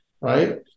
right